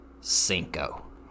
Cinco